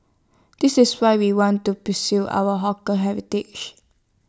this is why we want to our hawker heritage